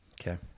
Okay